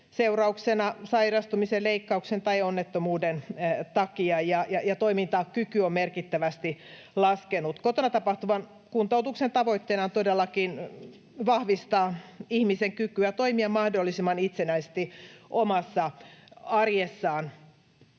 seurauksena, sairastumisen, leikkauksen tai onnettomuuden takia ja toimintakyky on merkittävästi laskenut. Kotona tapahtuvan kuntoutuksen tavoitteena on todellakin vahvistaa ihmisen kykyä toimia mahdollisimman itsenäisesti omassa arjessaan.